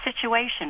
situation